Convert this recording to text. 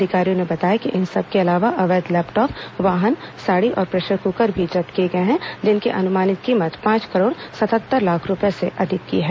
अधिकारियों ने बताया कि इन सबके अलावा अवैध लैपटॉप वाहन साड़ी और प्रेशर क्कर भी जब्त किए गए हैं जिनकी अनुमानित कीमत पांच करोड़ सतहत्तर लाख रूपए से अधिक की है